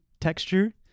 texture